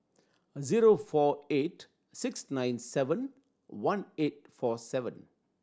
zero four eight six nine seven one eight four seven